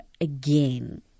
again